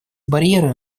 барьеры